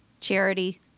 charity